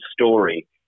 story